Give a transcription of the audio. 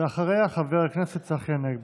ואחריה חבר הכנסת צחי הנגבי.